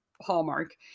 hallmark